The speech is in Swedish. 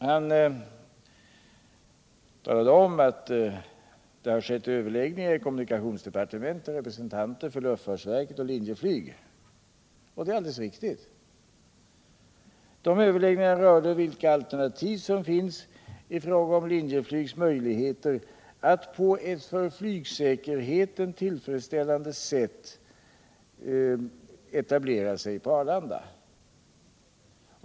Han talade om att det har sket överläggningar i kommunikationsdepartementet med representanter för luftfartsverket och Linjeflyg. Det är alldeles riktigt. Överläggningarna gällde vilka alternativ som finns i fråga om Linjeflygs möjligheter att på ett för flygsäkerheten tillfredsställande sätt etablera sig på Arlanda.